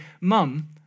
mum